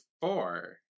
four